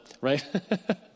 right